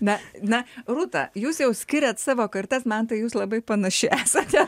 na na rūta jūs jau skiriat savo kartas man tai jūs labai panaši esate